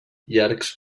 llargs